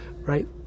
Right